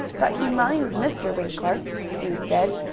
but he minds mr. winkler, sue said.